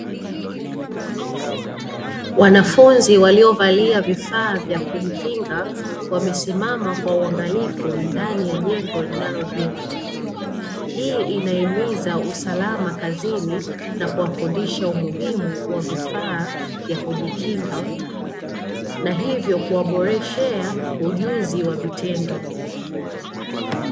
Wanafunzi walio valia vifaa vya kujikinga wamesimama kwa uangalifu ndani ya jengo linelo jengwa, hii inaimiza usalama kazini na kuwafundisha umuhimu wa vifaa vya kujikinga na hivyo kuwaboreshea ujuzi wa vitendo.